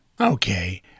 Okay